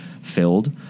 Filled